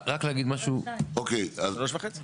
מדובר באנשים שהם בסוף חייהם, הם חוששים